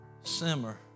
simmer